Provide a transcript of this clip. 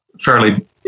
fairly